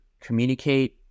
communicate